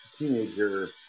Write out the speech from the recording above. teenager